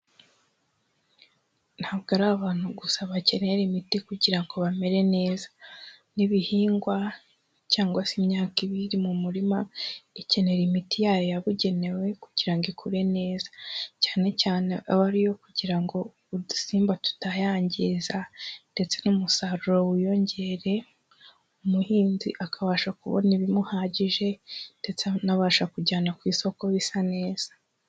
Ntabwo ari abantu gusa bakenera imiti kugira ngo bamere neza, n'ibihingwa cyangwa se imyaka ibiri mu murima ikenera imiti yayo yabugenewe kugira ngo ikure neza, cyane cyane aba ari iyo kugira ngo udusimba tutayangiza ndetse n'umusaruro wiyongere, umuhinzi akabasha kubona ibimuhagije ndetse anabasha kujyana ku isoko bisa neza.